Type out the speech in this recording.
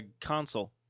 console